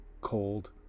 cold